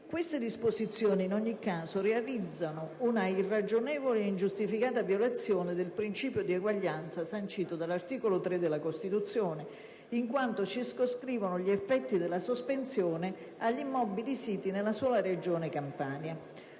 in esame in ogni caso realizzano una irragionevole ed ingiustificata violazione del principio di eguaglianza sancito dall'articolo 3 della Costituzione, in quanto circoscrivono gli effetti della sospensione ai soli immobili siti nella regione Campania.